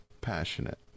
passionate